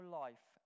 life